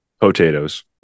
potatoes